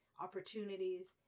opportunities